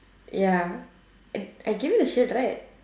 ya and I gave you the shirt right